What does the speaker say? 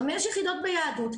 חמש יחידות ביהדות,